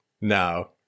No